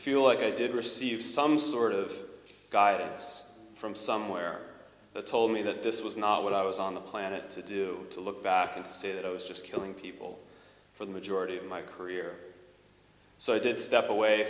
feel like i did receive some sort of guidance from somewhere that told me that this was not what i was on the planet to do to look back and say that i was just killing people for the majority of my career so i did step away